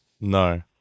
No